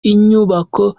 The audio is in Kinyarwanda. inyubako